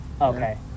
okay